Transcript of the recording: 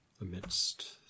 amidst